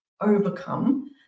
overcome